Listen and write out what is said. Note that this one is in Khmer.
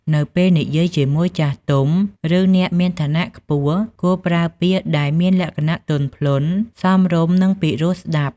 នៅពេលនិយាយជាមួយចាស់ទុំ ឬអ្នកមានឋានៈខ្ពស់ គួរប្រើពាក្យដែលមានលក្ខណៈ ទន់ភ្លន់ សមរម្យ និងពីរោះស្ដាប់។